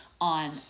on